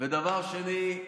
ודבר שני,